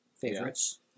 favorites